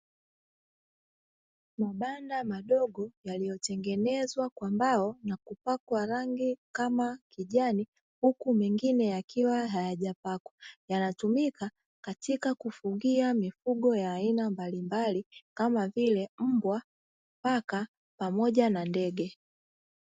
Mabanda madogo yaliyotengenezwa kwa mbao na kupakwa rangi kama kijani huku mengine yakiwa hayajapakwa, yanatumika katika kufugia mifugo ya aina mbalimbali kama vile: mbwa, paka pamoja na ndege.